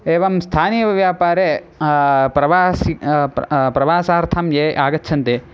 एवं स्थानीयव्यापारे प्रवासि प्रवासार्थं ये आगच्छन्ति